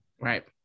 right